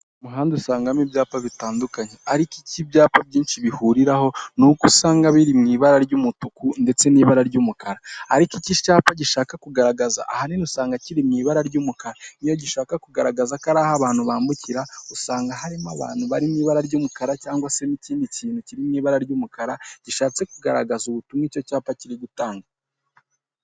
Umuhanda usangamo ibyapa bitandukanye, ariko icyo ibyapa byinshi bihuriraho ni uko usanga biri mu ibara ry'umutuku ndetse n'ibara ry'umukara, ariko iki cyapa gishaka kugaragaza ahanini usanga kiri mu ibara ry'umukara, iyo gishaka kugaragaza ko ari aho abantu bambukira usanga harimo abantu bari mu ibara ry'umukara cyangwa se n'ikindi kintu kiri mu ibara ry'umukara gishatse kugaragaza ubutumwa icyo cyapa kiri gutanga.